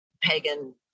pagan